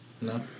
no